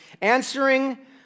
Answering